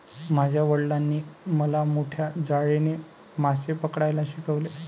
माझ्या वडिलांनी मला मोठ्या जाळ्याने मासे पकडायला शिकवले